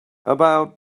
about